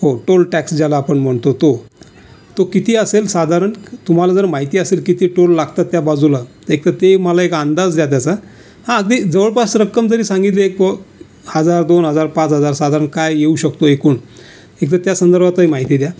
हो toll tax ज्याला आपण म्हणतो तो तो किती असेल साधारण तुम्हाला जर माहिती असेल किती टोल लागतात त्या बाजूला एकतर ते मला एक अंदाज द्या त्याचा हां अगदी जवळपास रक्कम जरी सांगितली एक ओ हजार दोन हजार पाच हजार साधारण काय यीऊ शकतो एकूण एकदा त्या संदर्भातही माहिती द्या